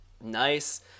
nice